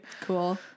Cool